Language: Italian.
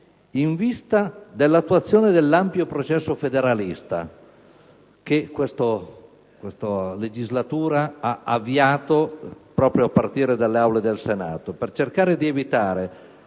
in vista dell'attuazione dell'ampio processo federalista, che questa legislatura ha avviato proprio partire dall'Aula del Senato, per cercare di evitare